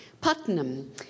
Putnam